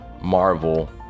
Marvel